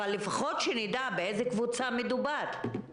אבל לפחות שנדע באיזה קבוצה מדובר.